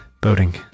Boating